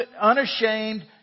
unashamed